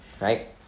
right